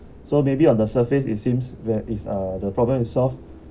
so maybe on the surface it seems there is uh the problem is solved